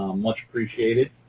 much appreciated.